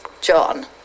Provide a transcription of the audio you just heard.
John